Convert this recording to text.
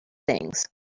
things